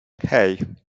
hej